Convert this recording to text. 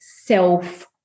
self